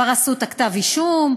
כבר עשו את כתב האישום,